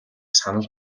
санал